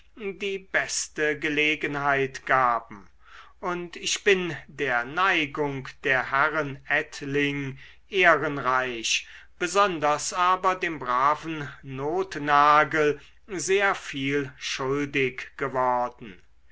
die beste gelegenheit gaben und ich bin der neigung der herren ettling ehrenreich besonders aber dem braven nothnagel sehr viel schuldig geworden